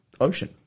ocean